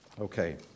Okay